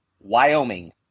Wyoming